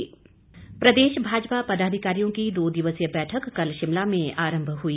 भाजपा प्रदेश भाजपा पदाधिकारियों की दो दिवसीय बैठक कल शिमला में आरम्भ हुई